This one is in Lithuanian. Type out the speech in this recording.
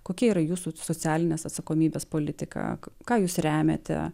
kokia yra jūsų socialinės atsakomybės politika ką jūs remiate